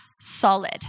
solid